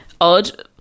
Odd